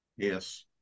Yes